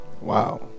Wow